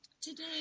today